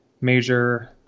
major